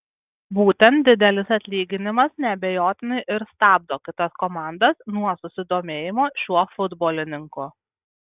būtent didelis atlyginimas neabejotinai ir stabdo kitas komandas nuo susidomėjimo šiuo futbolininku